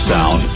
sound